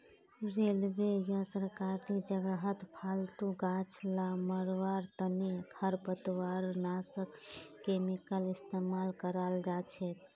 railway या सरकारी जगहत फालतू गाछ ला मरवार तने खरपतवारनाशक केमिकल इस्तेमाल कराल जाछेक